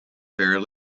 fair